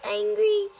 angry